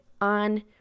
on